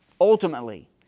Ultimately